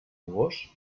gos